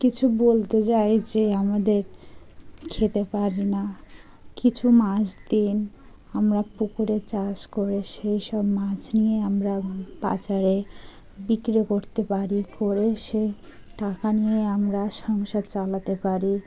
কিছু বলতে যাই যে আমাদের খেতে পারি না কিছু মাছ দিন আমরা পুকুরে চাষ করে সেই সব মাছ নিয়ে আমরা বাজারে বিক্রি করতে পারি করে সে টাকা নিয়ে আমরা সংসার চালাতে পারি